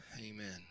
Amen